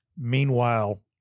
Meanwhile